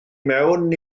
mewn